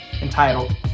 entitled